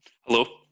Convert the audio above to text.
Hello